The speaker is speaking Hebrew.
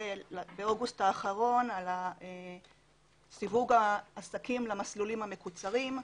ובאוגוסט האחרון סיווג העסקים למסלולים המקוצרים.